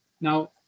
Now